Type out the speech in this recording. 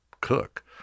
cook